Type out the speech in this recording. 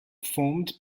formed